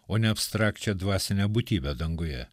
o ne abstrakčią dvasinę būtybę danguje